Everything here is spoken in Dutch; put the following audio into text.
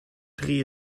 drie